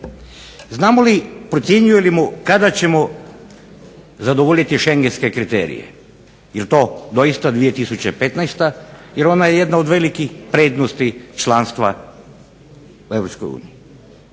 Znamo li, procjenjujemo li kada ćemo zadovoljiti Schengenske kriterije je li to doista 2015. jer ona je jedna od velikih prednosti članstva u